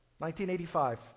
1985